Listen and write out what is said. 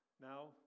Now